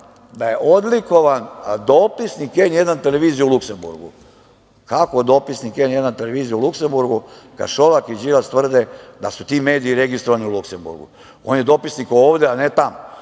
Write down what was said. da je odlikovan dopisnik N1 televizije u Luksemburgu. Kako dopisnik N1 televizije u Luksemburgu, kad Šolak i Đilas tvrde da su ti mediji registrovani u Luksemburgu? On je dopisnik ovde, a ne